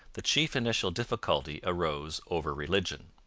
the chief initial difficulty arose over religion.